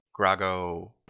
Grago